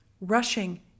Rushing